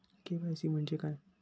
KYC म्हणजे काय?